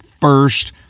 first